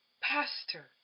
pastor